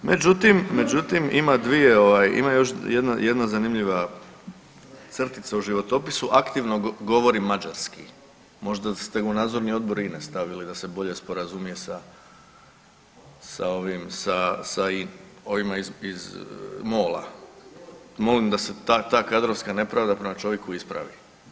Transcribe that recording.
Međutim, međutim ima dvije ovaj, ima još jedna zanimljiva crtica u životopisu, aktivno govori mađarski, možda da ste u nadzorni odbor Ines stavili da se bolje sporazumije sa ovima iz MOL-a, molim da se ta kadrovska nepravda prema čovjeku ispravi.